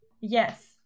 Yes